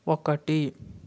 ఒకటి